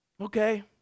Okay